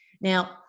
Now